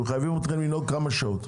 שמחייבים אתכם לנהוג כמה שעות?